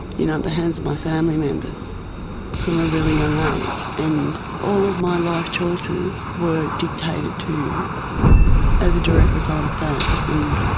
you know at the hands of my family members from a really young age, and all of my life choices were dictated to as a direct result of that, and